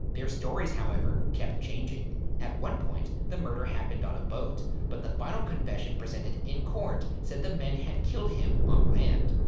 their stories, however, kept changing. at one point, the murder happened on a boat. but the final confession presented in court said the men had killed him on land.